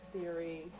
theory